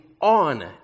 on